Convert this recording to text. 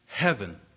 heaven